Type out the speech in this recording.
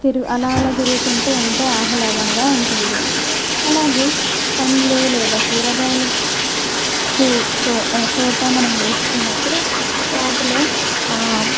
తిరుగు అలా అలా తిరుగుతుంటే ఎంతో ఆహ్లాదంగా ఉంటుంది అలాగే పండ్లు లేదా కూరగాయలు తోట మనం వేసుకున్నప్పుడు వాటిలో